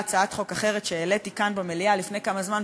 הצעת חוק אחרת שהעליתי כאן במליאה לפני כמה זמן,